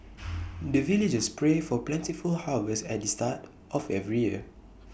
the villagers pray for plentiful harvest at the start of every year